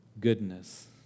goodness